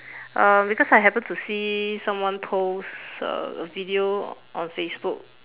uh because I happened to see someone post a video on Facebook